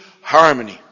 harmony